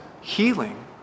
healing